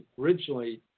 originally